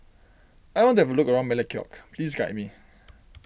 I want to have a look around Melekeok please guide me